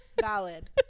Valid